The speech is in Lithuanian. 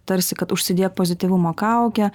tarsi kad užsidėk pozityvumo kaukę